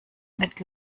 mit